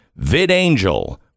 VidAngel